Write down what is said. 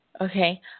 okay